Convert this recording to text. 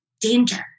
danger